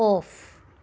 off